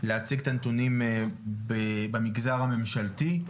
להציג את הנתונים במגזר הממשלתי.